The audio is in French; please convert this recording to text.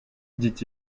dit